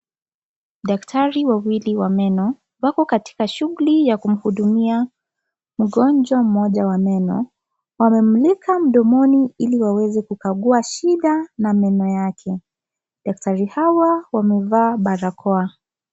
Daktari wawili wa meno wako katika shughuli ya kumhudumia mgonjwa mmoja wa meno, amemulika mdomoni Ile Waweze kugakua shida na meno yake. Daktari hawa wamevaa barakoa .